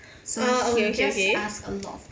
ah okay okay okay